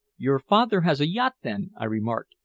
your father has a yacht, then? i remarked,